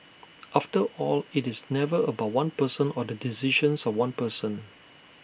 after all IT is never about one person or the decisions of one person